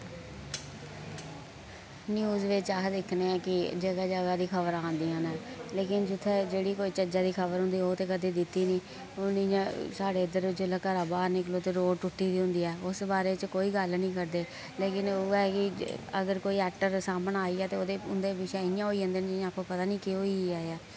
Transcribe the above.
news बिच अस दिक्खने आं कि जगह जगह दी खबरां आंदियां न लेकिन जित्थै जेह्ड़ी कोई चज्जा दी खबर होंदी ओह् ते कदी दित्ती निं हु'न इयां साढ़े इध्दर जिल्लै घरे दा बाह्र निकलो ते रोड़ टुट्टी दी होंदी ऐ उस बारे च कोई गल्ल निं करदे लेकिन ओह् ऐ कि अगर कोई एक्टर सामनै आइया ते ओह्दे उं'दे पिच्छै इयां होई जन्दे न जि'यां आक्खो पता निं केह् होइया ऐ